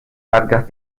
largas